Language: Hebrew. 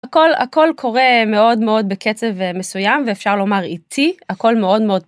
הכל הכל קורה מאוד מאוד בקצב מסוים ואפשר לומר איטי הכל מאוד מאוד.